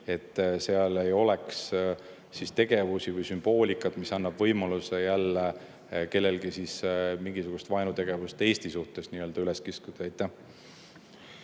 et seal ei oleks tegevusi või sümboolikat, mis annab võimaluse jälle kellelgi mingisugust vaenutegevust Eesti suhtes üles kiskuda.